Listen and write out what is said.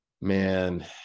Man